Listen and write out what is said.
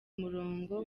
murongo